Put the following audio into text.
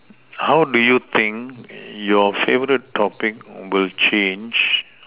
how do you think your favorite topic will change